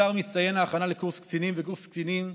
הדר מצטיין הכנה לקורס קצינים וקורס קצינים,